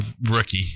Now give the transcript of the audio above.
Rookie